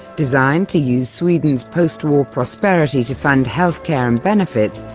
designed to use sweden's post-war prosperity to fund healthcare and benefits,